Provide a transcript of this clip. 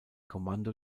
kommando